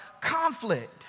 conflict